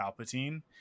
Palpatine